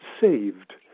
saved